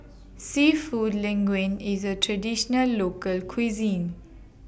Seafood Linguine IS A Traditional Local Cuisine